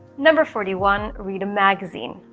number forty one read a magazine.